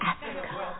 Africa